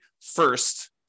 first